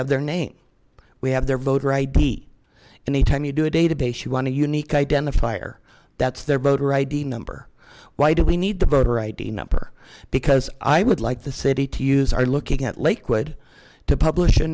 have their name we have their voter id anytime you do a database you want a unique identifier that's their voter id number why do we need the voter id number because i would like the city to use are looking at lakewood to publish